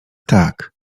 tak